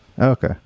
Okay